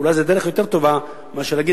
אולי זו דרך יותר טובה מאשר להגיד,